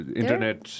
internet